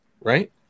right